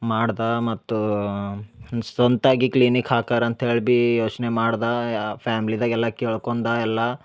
ಮಾಡ್ದ ಮತ್ತು ಸ್ವಂತಾಗಿ ಕ್ಲಿನಿಕ್ ಹಾಕಾರ ಅಂತೇಳಿ ಬಿ ಯೋಚನೆ ಮಾಡ್ದ ಫ್ಯಾಮ್ಲಿದಾಗ ಎಲ್ಲ ಕೇಳ್ಕೊಂದ ಎಲ್ಲಾ